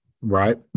Right